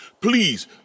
Please